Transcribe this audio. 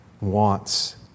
wants